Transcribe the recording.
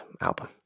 album